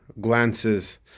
glances